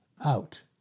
out